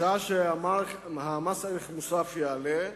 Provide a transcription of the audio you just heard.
בשעה שמס ערך מוסף יעלה,